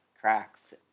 cracks